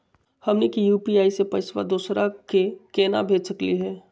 हमनी के यू.पी.आई स पैसवा दोसरा क केना भेज सकली हे?